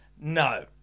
No